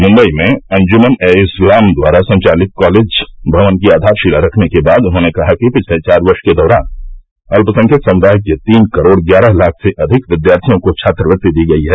मुम्दई में अंजुमन ए इस्लाम द्वारा संवालित कॉलेज भवन की आघारशिला रखने के बाद उन्होंने कहा कि पिछले चार वर्ष के दौरान अल्पसंख्यक समुदाय के तीन करोड़ ग्यारह लाख से अधिक विद्यार्थियों को छात्रवृत्ति दी गयी है